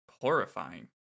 horrifying